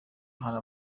hari